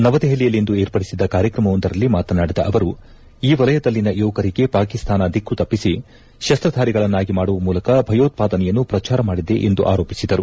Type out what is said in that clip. ನವದೆಹಲಿಯಲ್ಲಿಂದು ಏರ್ಪಡಿಸಿದ್ದ ಕಾರ್ಯಕ್ರಮವೊಂದರಲ್ಲಿ ಮಾತನಾಡಿದ ಅವರು ಈ ವಲಯದಲ್ಲಿನ ಯುವಕರಿಗೆ ಪಾಕಿಸ್ತಾನ ದಿಕ್ಕುತಪ್ಪಿಸಿ ಶಸ್ತ್ರಧಾರಿಗಳನ್ನಾಗಿ ಮಾಡುವ ಮೂಲಕ ಭಯೋತ್ಪಾದನೆಯನ್ನು ಪ್ರಚಾರ ಮಾಡಿದೆ ಎಂದು ಆರೋಪಿಸಿದರು